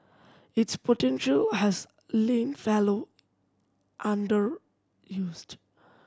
its potential has lain fallow underused